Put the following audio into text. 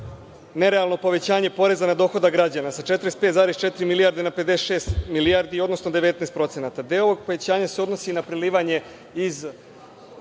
nerealno povećanje poreza na dohodak građana, sa 45,4 milijarde na 56 milijardi, odnosno 19%. Deo ovog povećanja se odnosi na prelivanje iz